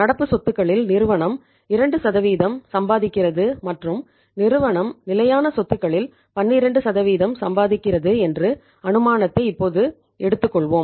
நடப்பு சொத்துக்களில் நிறுவனம் 2 சம்பாதிக்கிறது மற்றும் நிறுவனம் நிலையான சொத்துக்களில் 12 சம்பாதிக்கிறது என்ற அனுமானத்தை இப்போது எடுத்துக்கொள்வோம்